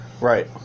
Right